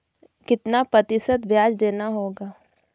कितना प्रतिशत ब्याज देना होगा?